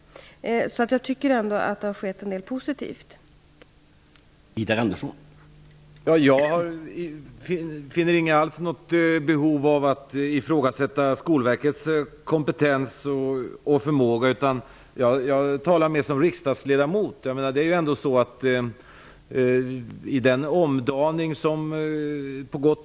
Jag tycker ändå att det har skett en del positiva saker.